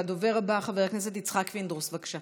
הדובר הבא, חבר הכנסת יצחק פינדרוס, בבקשה.